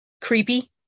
creepy